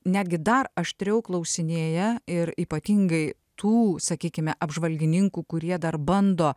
netgi dar aštriau klausinėja ir ypatingai tų sakykime apžvalgininkų kurie dar bando